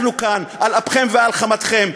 אנחנו כאן על אפכם ועל חמתכם,